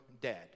dead